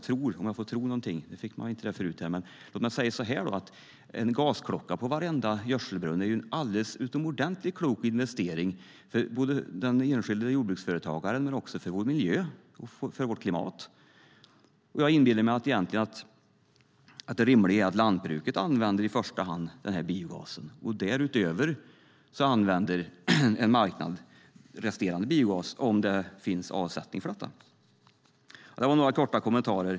Men om jag får tro något - även om man inte fick det förut: En gasklocka på varenda gödselbrunn är en alldeles utomordentligt klok investering för den enskilde jordbruksföretagaren men också för vår miljö och vårt klimat. Jag inbillar mig att det rimliga är att lantbruket i första hand använder biogasen. Därutöver kan en marknad använda resterande biogas, om det finns avsättning för den. Det var några korta kommentarer.